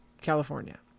California